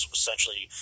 essentially